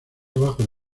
abajo